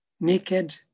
Naked